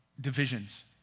Divisions